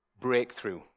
breakthrough